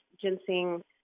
ginseng